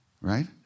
right